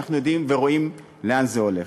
אנחנו יודעים ורואים לאן זה הולך.